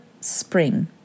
spring